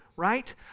right